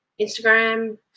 Instagram